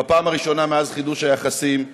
בפעם הראשונה מאז חידוש היחסים,